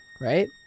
right